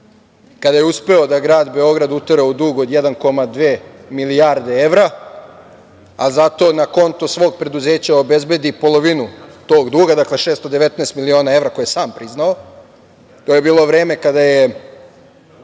kada je uspeo da grad Beograd utera u dug od 1,2 milijarde evra, a zato na konto svog preduzeća obezbedi polovinu tog duga, dakle 619 miliona evra koje je sam priznao. To je bilo vreme kada je